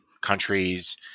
countries